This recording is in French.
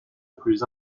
plus